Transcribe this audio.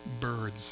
birds